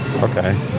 Okay